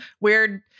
weird